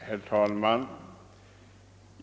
Herr talman!